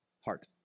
heart